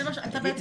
אבל המידע